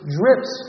drips